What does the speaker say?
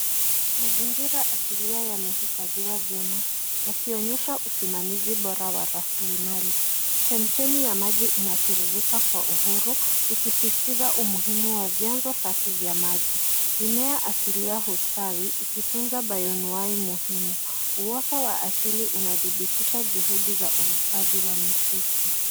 Mazingira asilia yamehifadhiwa vyema, yakionyesha usimamizi bora wa rasilimali. Chemichemi ya maji inatiririka kwa uhuru, ikisisitiza umuhimu wa vyanzo safi vya maji. Mimea asilia hustawi, ikitunza bionuwai muhimu. Uoto wa asili unadhibitisha juhudi za uhifadhi wa misitu.